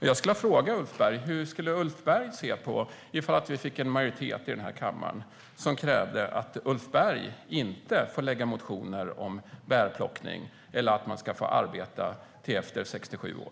Jag skulle vilja fråga Ulf Berg hur han skulle se på om vi fick en majoritet i den här kammaren som krävde att Ulf Berg inte får lägga fram motioner om bärplockning eller om att man ska få arbeta till efter 67 år.